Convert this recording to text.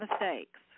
mistakes